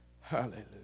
Hallelujah